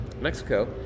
Mexico